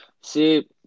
See